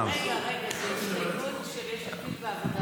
רגע, זאת הסתייגות של יש עתיד והעבודה.